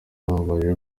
baje